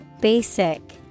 Basic